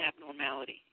abnormality